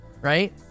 right